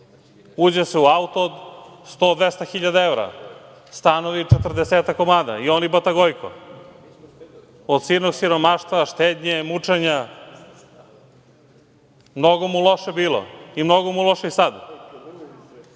uđe se u auto, od 100, 200 hiljada evra, stanovi 40-ak komada, i on i bata Gojko. Od silnog siromaštva, štednje, mučenja, mnogo mu loše bilo i mnogo mu loše i sad. Opet